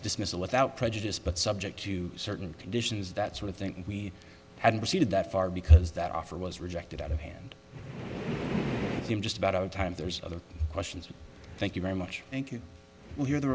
dismissal without prejudice but subject to certain conditions that sort of thing we had proceeded that far because that offer was rejected out of hand i'm just about out of time there's other questions thank you very much thank you we're the